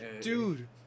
dude